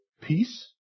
peace